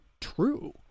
true